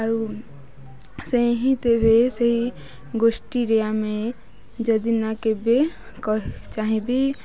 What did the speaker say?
ଆଉ ସେ ହିଁ ତେବେ ସେହି ଗୋଷ୍ଠୀରେ ଆମେ ଯଦି ନା କେବେ ଚାହିଁବି